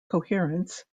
coherence